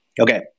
Okay